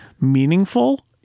meaningful